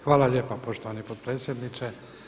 Hvala lijepo poštovani potpredsjedniče.